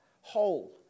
whole